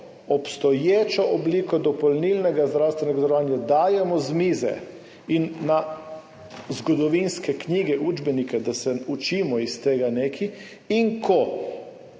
obstoječo obliko dopolnilnega zdravstvenega zavarovanja dajemo z mize in v zgodovinske knjige, učbenike, da se nekaj naučimo iz tega, in ko